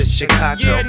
Chicago